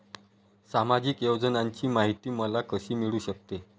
सामाजिक योजनांची माहिती मला कशी मिळू शकते?